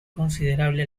considerable